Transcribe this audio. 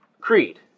Creed